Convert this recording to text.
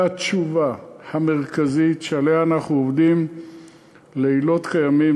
והתשובה המרכזית שעליה אנחנו עובדים לילות כימים,